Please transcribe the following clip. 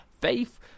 faith